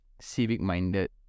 civic-minded